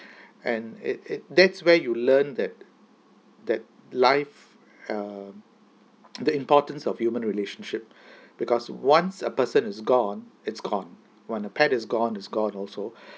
and it it that's where you learn that that life um the importance of human relationship because once a person is gone it's gone when a pet is gone is gone also